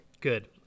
good